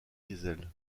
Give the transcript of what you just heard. diesel